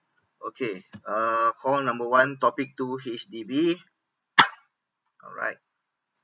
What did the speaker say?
okay uh call number one topic two H_D_B alright